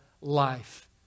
life